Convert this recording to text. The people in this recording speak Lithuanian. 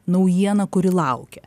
naujieną kuri laukia